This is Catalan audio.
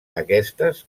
aquestes